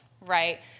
right